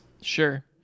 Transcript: Sure